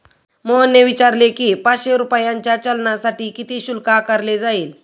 मोहनने विचारले की, पाचशे रुपयांच्या चलानसाठी किती शुल्क आकारले जाईल?